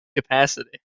capacity